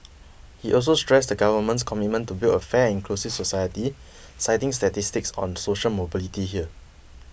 he also stressed the government's commitment to build a fair and inclusive society citing statistics on social mobility here